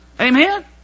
Amen